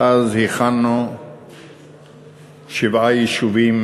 ואז הכנו שבעה יישובים,